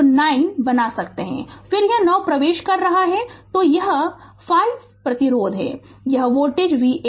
तो 9 बना सकते हैं फिर यह 9 प्रवेश कर रहा है तो यह 5 प्रतिरोध है यह वोल्टेज Va है